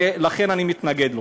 ולכן אני מתנגד לו.